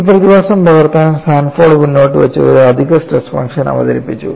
ഈ പ്രതിഭാസം പകർത്താൻ സാൻഫോർഡ് മുന്നോട്ട് വന്ന് ഒരു അധിക സ്ട്രെസ് ഫംഗ്ഷൻ അവതരിപ്പിച്ചു